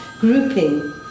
grouping